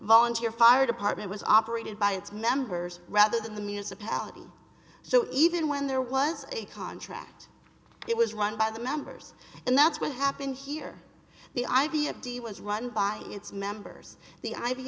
volunteer fire department was operated by its members rather than the municipality so even when there was a contract it was run by the members and that's what happened here the idea d was run by its members the i